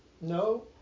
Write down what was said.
No